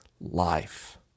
life